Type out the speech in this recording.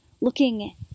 looking